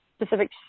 specific